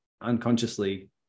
unconsciously